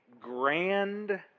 grand